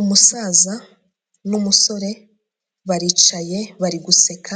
Umusaza n'umusore baricaye bari guseka,